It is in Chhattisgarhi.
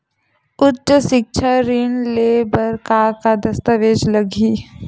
उच्च सिक्छा ऋण ले बर का का दस्तावेज लगही?